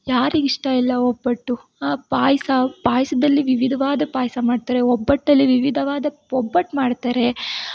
ಯಾರಿಗೆ ಇಷ್ಟ ಇಲ್ಲ ಒಬ್ಬಟ್ಟು ಪಾಯಸ ಪಾಯಸದಲ್ಲಿ ವಿವಿಧವಾದ ಪಾಯಸ ಮಾಡ್ತಾರೆ ಒಬ್ಬಟ್ಟಲ್ಲಿ ವಿವಿಧವಾದ ಒಬ್ಬಟ್ಟು ಮಾಡ್ತಾರೆ